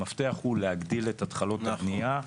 המפתח הוא להגדיל את התחלות הבנייה.